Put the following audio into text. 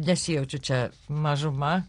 nesijaučiu čia mažuma